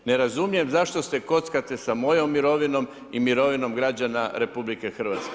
Ne razumijem zašto se kockate s mojom mirovinom i mirovinom građana RH?